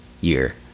year